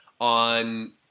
on